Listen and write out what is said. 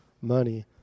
money